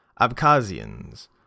Abkhazians